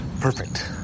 Perfect